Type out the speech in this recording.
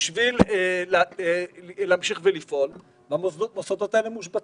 בשביל להמשיך ולפעול, אבל המוסדות האלה מושבתים.